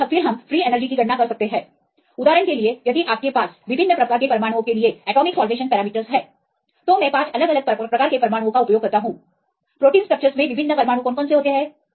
और फिर हम फ्री एनर्जीकी सही गणना कर सकते हैं उदाहरण के लिए यदि आपके पास विभिन्न प्रकार के परमाणुओं के लिए एटॉमिक साल्वेशन हैं तो मैं 5 अलग अलग प्रकार के परमाणुओं का उपयोग करता हूं प्रोटीन स्ट्रक्चर्स में विभिन्न परमाणु क्या हैं